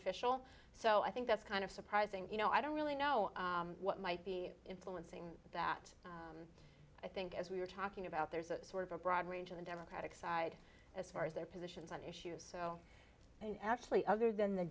official so i think that's kind of surprising you know i don't really know what might be influencing that i think as we were talking about there's a sort of a broad range of the democratic side as far as their positions on issues and actually other than the